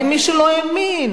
ומי שלא האמין,